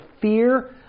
fear